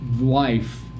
life